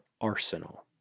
Arsenal